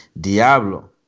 Diablo